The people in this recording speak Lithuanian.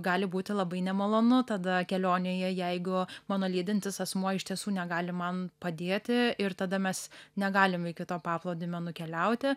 gali būti labai nemalonu tada kelionėje jeigu mano lydintis asmuo iš tiesų negali man padėti ir tada mes negalim iki to paplūdimio nukeliauti